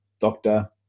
doctor